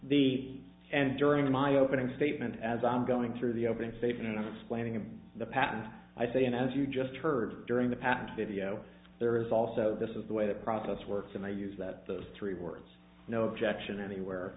the and during my opening statement as i'm going through the opening statements planning in the past i say and as you just heard during the past video there is also this is the way the process works and i use that those three words no objection anywhere